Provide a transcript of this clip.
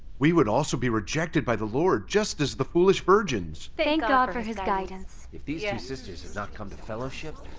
we would also be rejected by the lord just as the foolish virgins! thank god for his guidance! if these two yeah sisters had not come to fellowship,